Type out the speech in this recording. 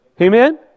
Amen